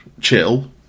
chill